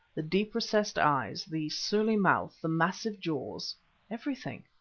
the deep recessed eyes, the surly mouth, the massive jaws everything.